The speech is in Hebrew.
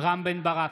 רם בן ברק,